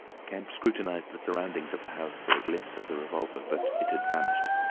kemp scrutinised the surroundings of the house for a glimpse of the revolver, but it had vanished.